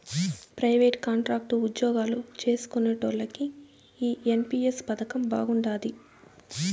private, contract ఉజ్జోగాలు చేస్కునేటోల్లకి ఈ ఎన్.పి.ఎస్ పదకం బాగుండాది